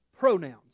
Pronouns